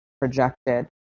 projected